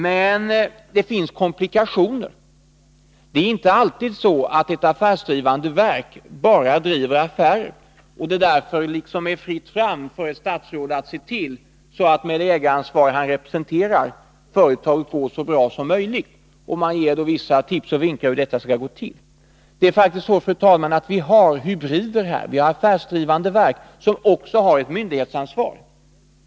Men det finns komplikationer. Det är inte alltid så att ett affärsdrivande verk bara driver affärer och att det därför är fritt fram för ett statsråd att med det ägaransvar han representerar se till att företaget går så bra som möjligt — man ger då vissa tips och vinkar om hur detta skall gå till. Det är faktiskt så, fru talman, att vi har hybrider. Vi har affärsdrivande verk som också har ett myndighetsansvar.